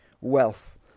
wealth